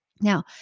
Now